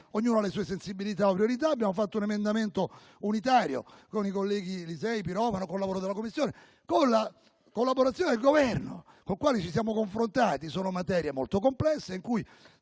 ognuno ha le sue sensibilità o priorità. Abbiamo fatto un emendamento unitario con i colleghi Lisei e Pirovano, con il lavoro della Commissione e la collaborazione del Governo, con il quale ci siamo confrontati. Sono materie molto complesse, in cui